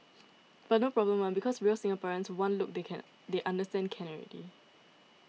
but no problem one because real Singaporeans one look they can they understand can already